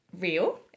real